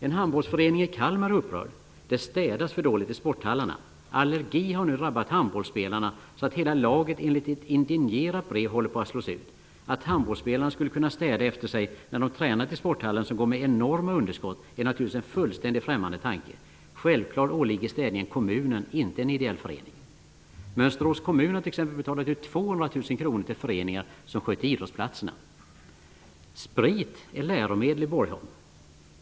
En handbollsförening i Kalmar är upprörd. Det städas för dåligt i sporthallarna. Allergi har nu drabbat handbollsspelarna, så att hela laget enligt ett indignerat brev håller på att slås ut. Att handbollsspelarna skulle kunna städa efter sig när de tränat i sporthallen, som går med enorma underskott, är naturligtvis en fullständigt främmande tanke. Självfallet åligger städningen kommunen, inte en ideell förening. Mönsterås kommun har t.ex. betalat ut 200 000 kr till föreningar som sköter idrottsplatserna. Sprit är läromedel i Borgholm.